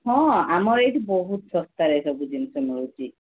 ହଁ ଆମର ଏଇଠି ବହୁତ ଶସ୍ତାରେ ସବୁ ଜିନିଷ ମିଳୁଛି